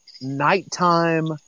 nighttime